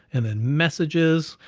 and then messages,